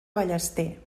ballester